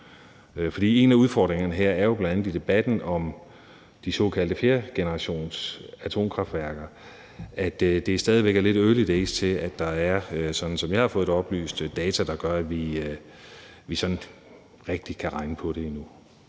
For en af udfordringerne her er jo bl.a., at det i debatten om de såkaldte flergenerationsatomkraftværker stadig væk er lidt for early days til, at der er, sådan som jeg har fået det oplyst, data, der gør, at vi sådan rigtig kan regne på det endnu.